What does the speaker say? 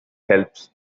helps